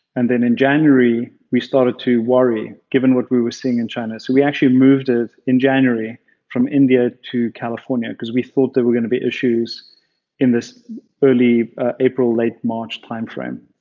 and then in january we started to worry given what we were seeing in china. we actually moved it in january from india to california because we thought there were going to be issues in this early april late march timeframe.